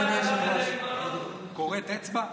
כורת אצבע?